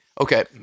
Okay